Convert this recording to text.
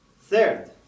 Third